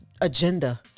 agenda